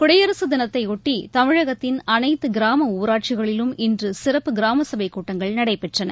குடியரசு தினத்தை ஒட்டி தமிாகத்தின் அனைத்து கிராம ஊராட்சிகளிலும் இன்று சிறப்பு கிராமசபைக் கூட்டங்கள் நடைபெற்றன